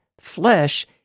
flesh